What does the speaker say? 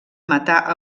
matar